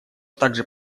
также